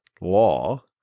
law